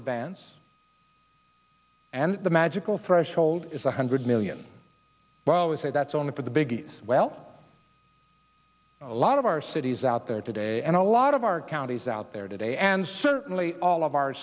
advance and the magical threshold is one hundred million dollars a that's only for the biggies well a lot of our are cities out there today and a lot of our counties out there today and certainly all of our